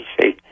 see